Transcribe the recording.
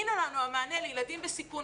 הנה המענה לילדים בסיכון,